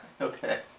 Okay